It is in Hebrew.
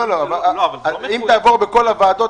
אם תעבור בכל הוועדות,